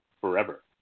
forever